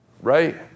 Right